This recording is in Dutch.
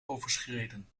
overschreden